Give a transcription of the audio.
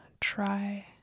try